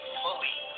fully